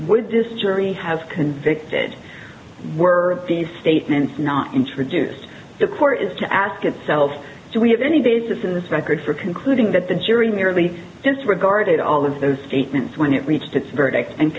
would disturb me have convicted were these statements not introduced the court is to ask itself so we have any basis in this record for concluding that the jury merely disregarded all of those statements when it reached its verdict and